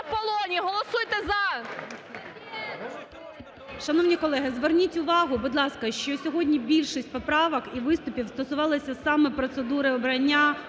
Шановні колеги, зверніть увагу, будь ласка, що сьогодні більшість поправок і виступів стосувалося саме процедури обрання